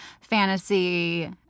fantasy